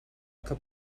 que